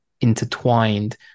intertwined